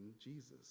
Jesus